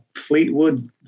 Fleetwood